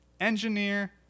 engineer